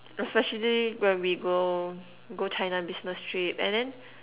especially when we go go China business trip and then